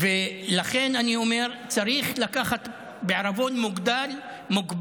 לכן אני אומר, צריך לקחת בעירבון מוגבל